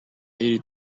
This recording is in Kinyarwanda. y’iri